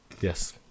yes